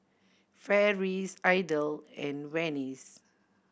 Ferris Idell and Venice